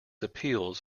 appeals